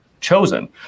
chosen